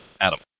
Adam